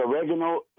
oregano